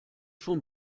schon